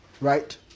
Right